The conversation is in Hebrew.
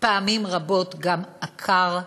פעמים רבות גם עקר,